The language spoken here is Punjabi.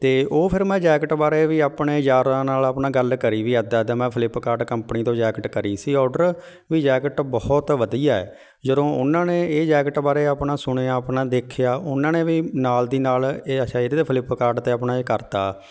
ਅਤੇ ਉਹ ਫਿਰ ਮੈਂ ਜੈਕਟ ਬਾਰੇ ਵੀ ਆਪਣੇ ਯਾਰਾਂ ਨਾਲ ਆਪਣਾ ਗੱਲ ਕਰੀ ਵੀ ਇੱਦਾਂ ਇੱਦਾਂ ਮੈਂ ਫਲਿਪਕਾਟ ਕੰਪਨੀ ਤੋਂ ਜੈਕਟ ਕਰੀ ਸੀ ਔਡਰ ਵੀ ਜੈਕਟ ਬਹੁਤ ਵਧੀਆ ਜਦੋਂ ਉਹਨਾਂ ਨੇ ਇਹ ਜੈਕਟ ਬਾਰੇ ਆਪਣਾ ਸੁਣਿਆ ਆਪਣਾ ਦੇਖਿਆ ਉਹਨਾਂ ਨੇ ਵੀ ਨਾਲ ਦੀ ਨਾਲ ਇਹ ਅੱਛਾ ਇਹਦੇ 'ਤੇ ਫਲਿਪਕਾਟ 'ਤੇ ਆਪਣਾ ਇਹ ਕਰਤਾ